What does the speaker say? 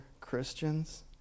Christians